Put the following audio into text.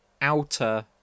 outer